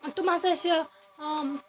تِم ہَسا چھِ